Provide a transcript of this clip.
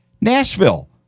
Nashville